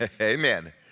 Amen